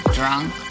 drunk